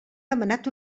demanat